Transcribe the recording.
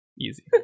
Easy